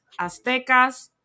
Aztecas